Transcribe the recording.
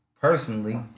personally